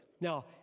Now